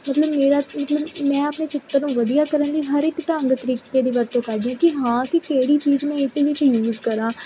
ਮਤਲਬ ਮੇਰਾ ਮਤਲਬ ਮੈਂ ਆਪਣੇ ਚਿੱਤਰ ਨੂੰ ਵਧੀਆ ਕਰਨ ਲਈ ਹਰ ਇੱਕ ਢੰਗ ਤਰੀਕੇ ਦੀ ਵਰਤੋਂ ਕਰਦੀ ਹੈ ਕਿ ਹਾਂ ਕਿ ਕਿਹੜੀ ਚੀਜ਼ ਮੈਂ ਇੱਕ ਵੀ ਯੂਜ ਕਰਾਂ